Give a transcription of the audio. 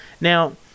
Now